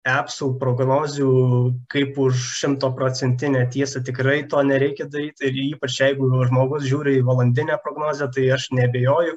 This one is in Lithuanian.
apsų prognozių kaip už šimtoprocentinę tiesą tikrai to nereikia daryt ir ypač jeigu žmogus žiūri į valandinę prognozę tai aš neabejoju